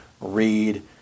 read